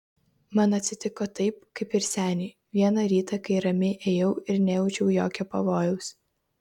man atsitiko taip kaip ir seniui vieną rytą kai ramiai ėjau ir nejaučiau jokio pavojaus